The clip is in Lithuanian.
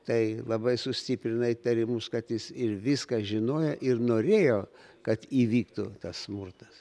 tai labai sustiprina įtarimus kad jis ir viską žinojo ir norėjo kad įvyktų tas smurtas